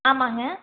ஆமாம்ங்க